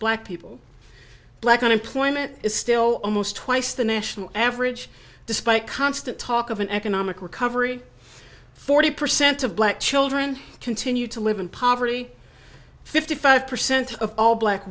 black people black unemployment is still almost twice the national average despite constant talk of an economic recovery forty percent of black children continue to live in poverty fifty five percent of all black